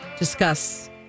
discuss